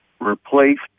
replaced